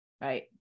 Right